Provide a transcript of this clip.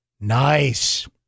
Nice